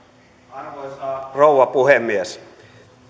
arvoisa rouva puhemies